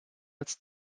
als